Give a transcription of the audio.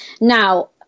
Now